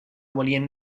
volien